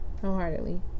wholeheartedly